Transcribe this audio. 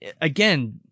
again